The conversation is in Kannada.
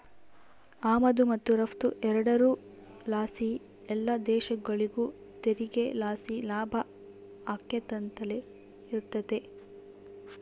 ಆಮದು ಮತ್ತು ರಫ್ತು ಎರಡುರ್ ಲಾಸಿ ಎಲ್ಲ ದೇಶಗುಳಿಗೂ ತೆರಿಗೆ ಲಾಸಿ ಲಾಭ ಆಕ್ಯಂತಲೆ ಇರ್ತತೆ